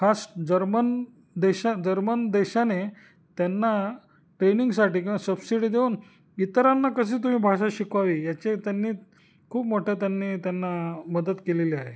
खास जर्मन देशा जर्मन देशाने त्यांना ट्रेनिंगसाठी किंवा सबसिडी देऊन इतरांना कशी तुम्ही भाषा शिकवावी याचे त्यांनी खूप मोठ्या त्यांनी त्यांना मदत केलेली आहे